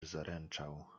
zaręczał